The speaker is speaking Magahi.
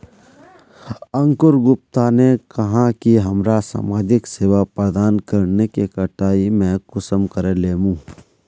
अंकूर गुप्ता ने कहाँ की हमरा समाजिक सेवा प्रदान करने के कटाई में कुंसम करे लेमु?